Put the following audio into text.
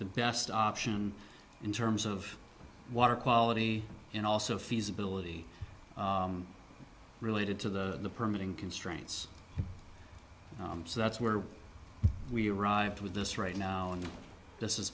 the best option in terms of water quality and also feasibility related to the permitting constraints so that's where we arrived with this right now and this is